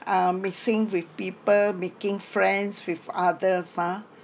um mixing with people making friends with others ah